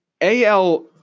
AL